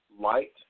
light